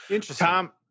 Tom